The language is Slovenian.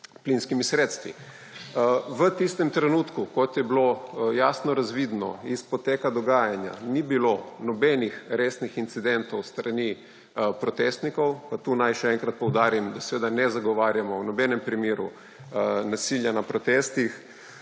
plinskimi sredstvi. V tistem trenutku, kot je bilo jasno razvidno iz poteka dogajanja, ni bilo nobenih resnih incidentov s strani protestnikov. Pa tu naj še enkrat poudarim, da seveda ne zagovarjamo v nobenem primeru nasilja na protestih,